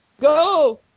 go